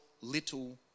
little